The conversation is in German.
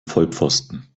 vollpfosten